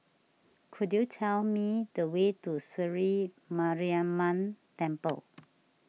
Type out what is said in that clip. could you tell me the way to Sri Mariamman Temple